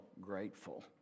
grateful